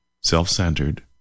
Self-centered